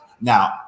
Now